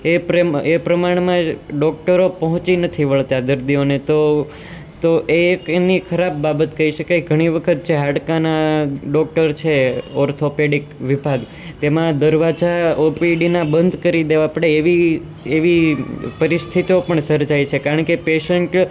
એ એ પ્રમાણમાં એ ડોકટરો પહોંચી નથી વળતા દર્દીઓને તો તો એ એક એમની ખરાબ બાબત કહી શકાય ઘણી વખત જે હાડકાંના ડોકટર છે ઓર્થોપેડિક વિભાગ તેમાં દરવાજા ઓપીડીના બંધ કરી દેવા પડે એવી એવી પરિસ્થિતિઓ પણ સર્જાય છે કારણ કે પેસન્ટ